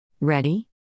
Ready